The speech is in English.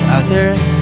others